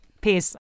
Peace